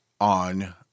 on